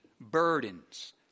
burdens